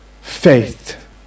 faith